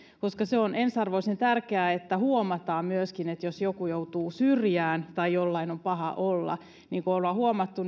koska se on ensiarvoisen tärkeää että huomataan myöskin jos joku joutuu syrjään tai jollain on paha olla niin kuin ollaan huomattu